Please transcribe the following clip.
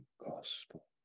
gospel